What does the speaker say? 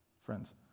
friends